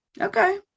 Okay